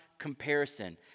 comparison